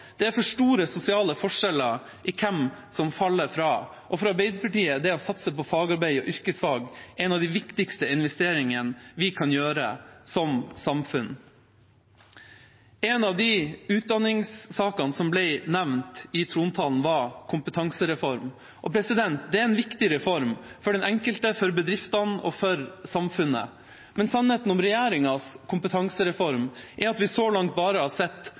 det er for store sosiale forskjeller med hensyn til hvem som faller fra. For Arbeiderpartiet er det å satse på fagarbeid og yrkesfag en av de viktigste investeringene vi som samfunn kan gjøre. En av utdanningssakene som ble nevnt i trontalen, var kompetansereform. Det er en viktig reform for den enkelte, for bedriftene og for samfunnet. Men sannheten om regjeringas kompetansereform er at vi så langt bare har sett